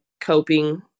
coping